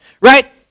Right